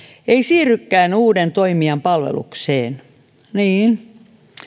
ei siirrykään uuden toimijan palvelukseen niin